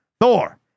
Thor